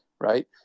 right